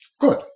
Good